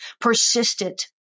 persistent